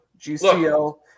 GCL